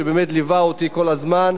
שבאמת ליווה אותי כל הזמן,